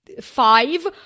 five